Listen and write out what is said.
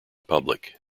public